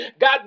God